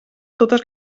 totes